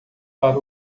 para